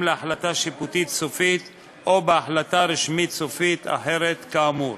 להחלטה שיפוטית סופית או בהחלטה רשמית סופית אחרת כאמור.